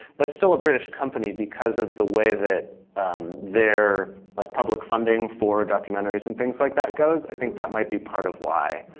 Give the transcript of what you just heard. but still a british company because of the way that their like public funding for documentaries and things like that goes. i think that might be part of why.